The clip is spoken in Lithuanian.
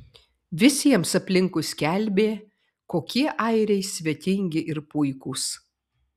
visiems aplinkui skelbė kokie airiai svetingi ir puikūs